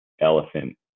elephant